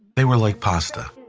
they were like pasta.